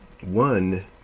one